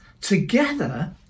Together